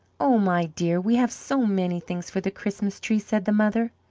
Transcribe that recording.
oh, my dear, we have so many things for the christmas-tree, said the mother.